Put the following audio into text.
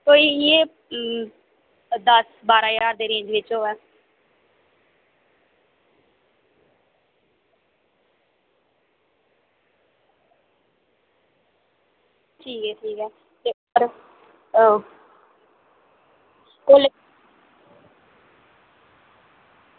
कोई एह् दस्स बारां ज्हार दी रेंज बिच होऐ ठीक ऐ ठीक ऐ कोलै